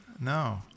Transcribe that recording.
No